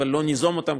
אבל לא ניזום אותם,